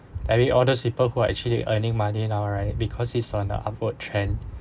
I mean all those people who are actually earning money now right because it's on the upward trend